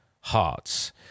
hearts